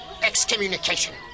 excommunication